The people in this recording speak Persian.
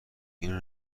اینو